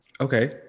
okay